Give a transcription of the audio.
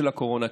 של הקורונה,